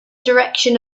direction